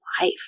life